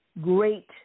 great